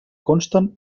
consten